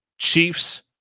Chiefs